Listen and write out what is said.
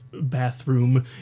bathroom